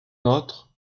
autre